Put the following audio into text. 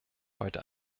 heute